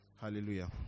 Hallelujah